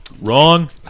Wrong